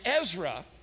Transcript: Ezra